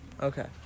okay